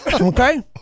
okay